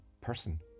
person